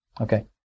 Okay